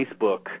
Facebook